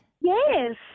yes